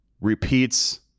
repeats